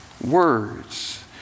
words